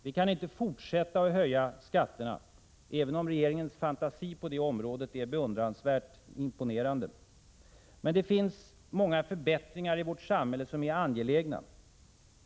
Vi kan inte fortsätta att höja skatterna — även om regeringens fantasi på det området är imponerande — men det finns många förbättringar i vårt samhälle som är angelägna.